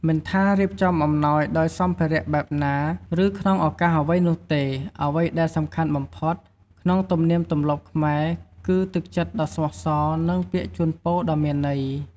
មិនថារៀបចំអំណោយដោយសម្ភារៈបែបណា ឬក្នុងឱកាសអ្វីនោះទេ អ្វីដែលសំខាន់បំផុតក្នុងទំនៀមទម្លាប់ខ្មែរ គឺ ទឹកចិត្តដ៏ស្មោះសរ និង ពាក្យជូនពរដ៏មានន័យ។